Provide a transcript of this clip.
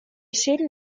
schäden